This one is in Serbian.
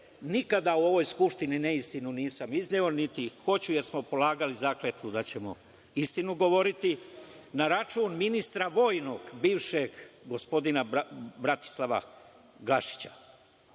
nikada u ovoj Skupštini neistinu nisam izneo niti hoću, jer smo polagali zakletvu da ćemo istinu govoriti na račun ministra vojnog bivšeg gospodina Bratislava Gašića. Nije